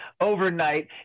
overnight